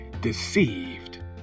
deceived